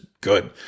good